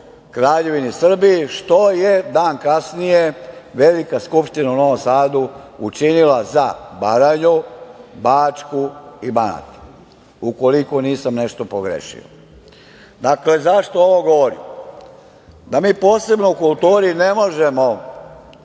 Kraljevini Srbiji, što je dan kasnije Velika skupština u Novom Sadu učinila za Baranju, Bačku i Banat, ukoliko nisam nešto pogrešio. Dakle, zašto ovo govorim? Da mi posebno o kulturi ne možemo